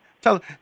Tell